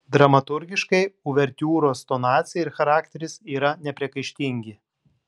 dramaturgiškai uvertiūros tonacija ir charakteris yra nepriekaištingi